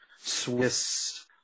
Swiss